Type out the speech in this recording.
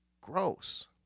gross